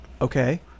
Okay